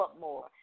more